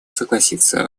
согласиться